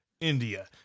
India